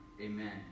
Amen